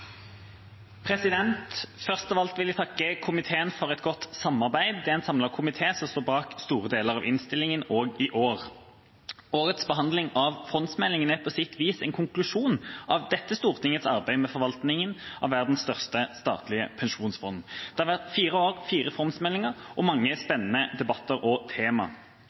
Først av alt vil jeg takke komiteen for et godt samarbeid. Det er en samlet komité som står bak store deler av innstillinga – også i år. Årets behandling av fondsmeldingen er på sitt vis en konklusjon av dette Stortingets arbeid med forvaltningen av verdens største statlige pensjonsfond. Det har vært fire år, fire fondsmeldinger – og mange spennende debatter og